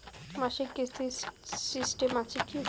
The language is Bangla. মাসিক কিস্তির সিস্টেম আছে কি?